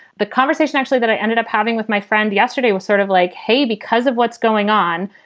the conversation actually that i ended up having with my friend yesterday was sort of like, hey, because of what's going on.